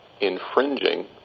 infringing